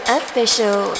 official